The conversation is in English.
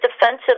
defensive